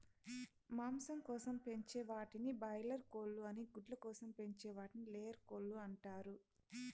మాంసం కోసం పెంచే వాటిని బాయిలార్ కోళ్ళు అని గుడ్ల కోసం పెంచే వాటిని లేయర్ కోళ్ళు అంటారు